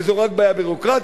וזה רק בעיה ביורוקרטית,